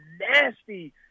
nasty